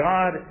God